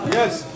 Yes